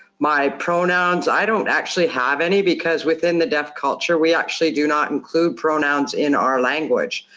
my pronouns, i don't actually have any, because within the deaf culture, we actually do not include pronouns in our language.